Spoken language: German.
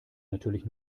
natürlich